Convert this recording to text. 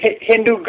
Hindu